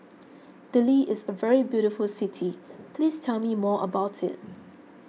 Dili is a very beautiful city please tell me more about it